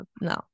No